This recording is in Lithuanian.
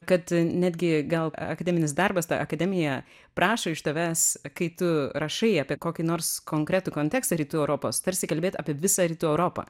kad netgi gal akademinis darbas ta akademija prašo iš tavęs kai tu rašai apie kokį nors konkretų kontekstą rytų europos tarsi kalbėt apie visą rytų europą